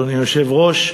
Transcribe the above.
אדוני היושב-ראש,